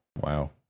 Wow